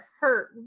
hurt